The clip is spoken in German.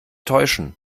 täuschen